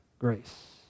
Grace